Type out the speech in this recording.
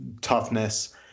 toughness